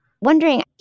wondering